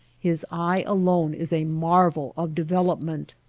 his eye alone is a marvel of development.